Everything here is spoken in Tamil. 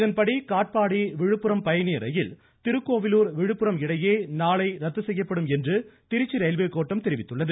இதன்படி காட்பாடி விழுப்புரம் பயணியர் ரயில் திருக்கோவிலூர் விழுப்புரம் இடையே நாளை ரத்து செய்யப்படும் என்று திருச்சி ரயில்வே கோட்டம் தெரிவித்துள்ளது